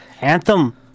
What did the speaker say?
Anthem